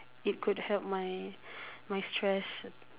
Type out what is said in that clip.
it could help my my stress